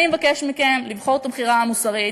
אני מבקשת מכם לבחור את הבחירה המוסרית